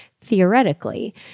theoretically